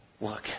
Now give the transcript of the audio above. Look